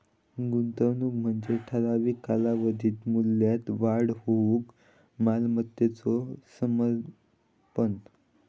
गुंतवणूक म्हणजे ठराविक कालावधीत मूल्यात वाढ होऊक मालमत्तेचो समर्पण